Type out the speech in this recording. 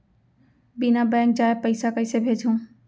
बिना बैंक जाए पइसा कइसे भेजहूँ?